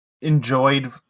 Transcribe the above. enjoyed